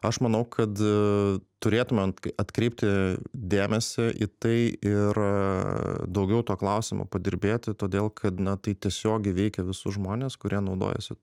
aš manau kad turėtumėm atkreipti dėmesį į tai ir daugiau tuo klausimu padirbėti todėl kad na tai tiesiogiai veikia visus žmones kurie naudojasi